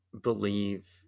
believe